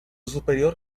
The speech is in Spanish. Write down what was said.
superior